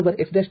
y' x